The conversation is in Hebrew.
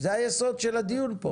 זה היסוד של הדיון פה.